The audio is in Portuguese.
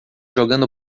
jogando